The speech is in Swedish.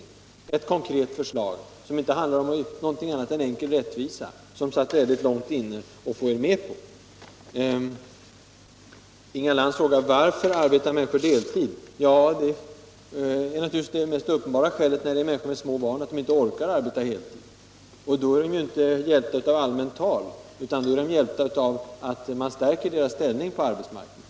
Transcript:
Det är ett konkret förslag, som inte handlar om någonting annat än enkel rättvisa, men som det satt väldigt långt inne att få er med på. Inga Lantz frågar: Varför arbetar människor deltid? Det mest uppenbara skälet när det gäller människor med små barn är att de inte orkar arbeta heltid. Då är de ju inte hjälpta av allmänt tal, utan av att man stärker deras ställning på arbetsmarknaden.